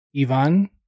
Ivan